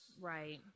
Right